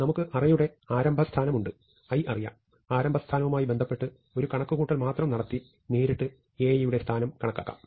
നമുക്ക് അറേയുടെ ആരംഭസ്ഥാനം ഉണ്ട് i അറിയാം ആരംഭസ്ഥാനവുമായി ബന്ധപ്പെട്ട് ഒരു കണക്കുകൂട്ടൽ മാത്രം നടത്തി നേരിട്ട് Ai സ്ഥാനം കണക്കാക്കാം